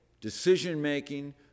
decision-making